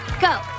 Go